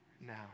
now